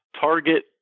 target